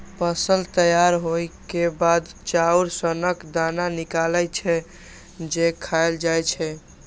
फसल तैयार होइ के बाद चाउर सनक दाना निकलै छै, जे खायल जाए छै